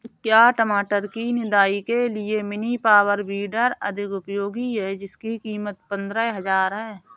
क्या टमाटर की निदाई के लिए मिनी पावर वीडर अधिक उपयोगी है जिसकी कीमत पंद्रह हजार है?